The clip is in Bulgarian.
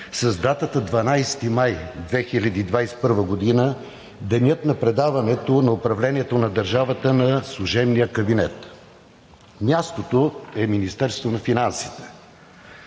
с датата 12 май 2021 г. – денят на предаването на управлението на държавата на служебния кабинет. Мястото е Министерството на финансите.